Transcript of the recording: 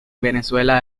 venezuela